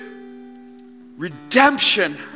redemption